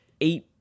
eight